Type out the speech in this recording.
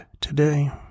today